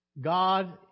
God